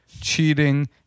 cheating